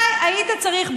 אתה היית צריך,